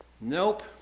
Nope